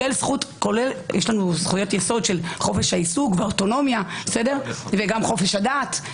יש לנו זכויות יסוד של חופש העיסוק ואוטונומיה וחופש הדת.